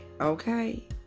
okay